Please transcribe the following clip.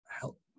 help